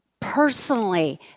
personally